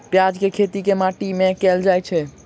प्याज केँ खेती केँ माटि मे कैल जाएँ छैय?